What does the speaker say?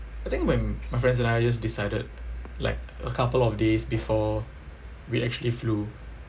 I think when my friends and I just decided like a couple of days before we actually flew